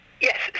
Yes